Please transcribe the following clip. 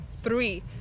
three